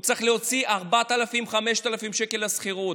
הוא צריך להוציא 4,000 5,000 שקל לשכירות.